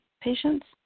patients